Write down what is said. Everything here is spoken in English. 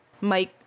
Mike